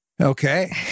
Okay